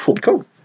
cool